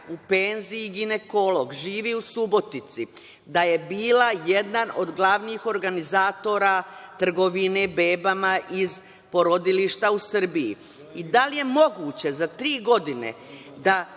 u penziji, ginekolog, živi u Subotici, da je bila jedan od glavnih organizatora trgovine bebama iz porodilišta u Srbiji. Da li je moguće da za tri godine, pa